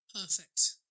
perfect